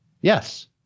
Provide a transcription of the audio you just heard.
Yes